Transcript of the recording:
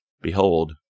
Behold